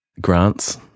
grants